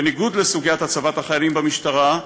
בניגוד לסוגיית הצבת החיילים במשטרה,